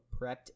prepped